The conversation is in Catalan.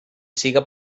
siga